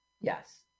Yes